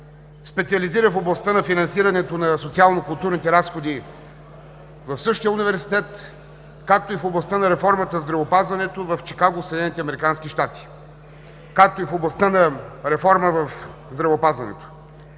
Специализира в областта на финансирането на социално-културните разходи в същия университет, както и в областта на реформата в здравеопазването в Чикаго, Съединените американски щати, както и в областта на реформа в здравеопазването.